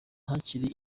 hakiri